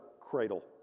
cradle